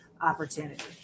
opportunity